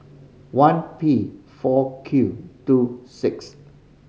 one P four Q two six